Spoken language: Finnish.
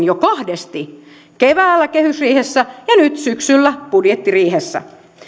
jo kahdesti keväällä kehysriihessä ja nyt syksyllä budjettiriihessä